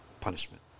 punishment